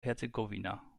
herzegowina